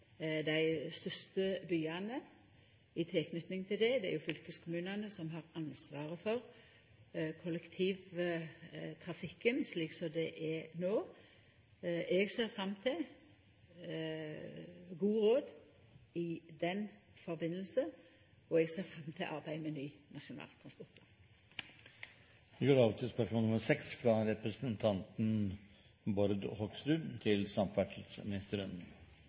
dei største byane i tilknyting til dette – det er jo fylkeskommunane som har ansvaret for kollektivtrafikken, slik som det er no. Eg ser fram til gode råd i den samanhengen, og eg ser fram til arbeidet med ny Nasjonal